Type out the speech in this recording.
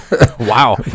Wow